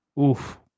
Oof